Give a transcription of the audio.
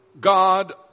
God